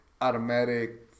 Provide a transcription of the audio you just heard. automatic